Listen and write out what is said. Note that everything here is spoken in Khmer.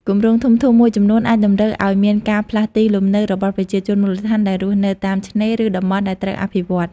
គម្រោងធំៗមួយចំនួនអាចតម្រូវឲ្យមាន ការផ្លាស់ទីលំនៅរបស់ប្រជាជនមូលដ្ឋាន ដែលរស់នៅតាមឆ្នេរ ឬតំបន់ដែលត្រូវអភិវឌ្ឍ។